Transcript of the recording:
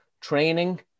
training